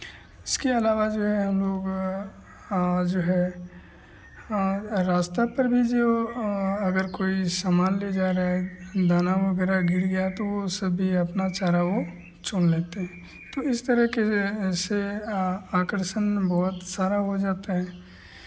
इसके अलावा जो है हम लोग जो है रास्ता पर भी जे वो अगर कोई सामान ले जा रहा है दाना वगैरह गिर गया तो वो सभी अपना चारा वो चुन लेते हैं तो इस तरह के ऐसे आकर्षन बहुत सारा हो जाता है